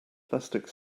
plastic